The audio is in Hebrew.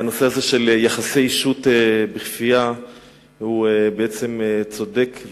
הטיפול בנושא הזה של יחסי אישות בכפייה הוא בעצם צודק,